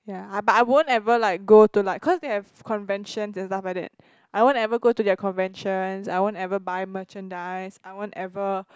ya but I won't ever like go to like cause they have like conventions and stuffs like that I won't ever go to their conventions I won't ever buy merchandise I won't ever